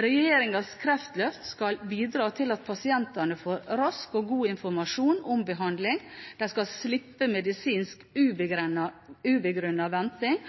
Regjeringens kreftløft skal bidra til at pasientene får rask og god informasjon om behandling, de skal slippe medisinsk ubegrunnet venting,